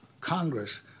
Congress